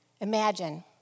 imagine